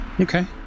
Okay